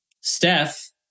Steph